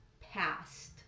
past